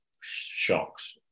shocks